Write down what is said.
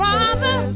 Father